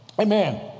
Amen